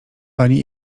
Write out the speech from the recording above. panie